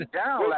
down